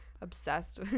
obsessed